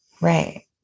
right